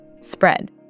spread